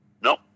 No